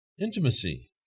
intimacy